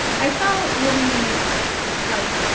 i felt really like,